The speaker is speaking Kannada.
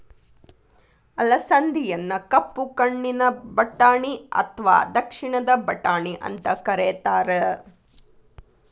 ಅಲಸಂದಿಯನ್ನ ಕಪ್ಪು ಕಣ್ಣಿನ ಬಟಾಣಿ ಅತ್ವಾ ದಕ್ಷಿಣದ ಬಟಾಣಿ ಅಂತ ಕರೇತಾರ